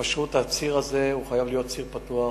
פשוט הציר הזה חייב להיות ציר פתוח